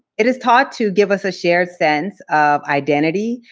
it is taught to give us a shared sense of identity,